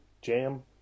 jam